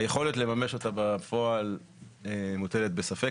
אני חייב לומר שהיכולת לממש אותה בפועל מוטלת בספק,